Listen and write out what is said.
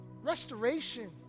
restoration